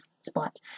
spot